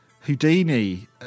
Houdini